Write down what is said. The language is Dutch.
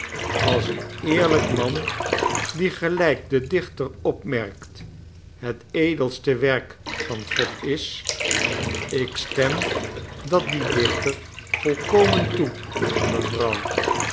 als een eerlijk man die gelijk de dichter opmerkt het edelste werk van god is ik stem dat dien dichter volkomen toe mevrouw